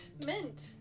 mint